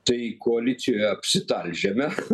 tai koalicijoje apsitalžėme